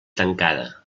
tancada